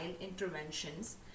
interventions